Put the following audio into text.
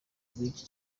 bw’iki